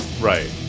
right